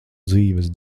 dzīves